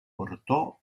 portò